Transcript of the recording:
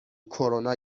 کرونا